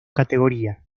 categoría